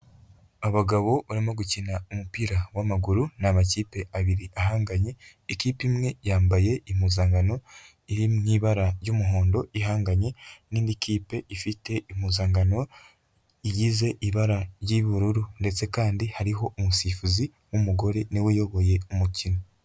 Abagabo barimo gukina umupira w'amaguru ni amakipe abiri ahanganye, ikipe imwe yambaye impuzankano iri mu ibara ry'umuhondo ihanganye n'indi kipe ifite impuzangano igize ibara ry'ubururu, ndetse kandi hariho umusifuzi w'umugore niwe uyoboye umukino.